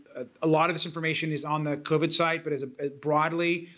ah a lot of this information is on the covid site but as a broadly,